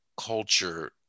culture